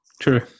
True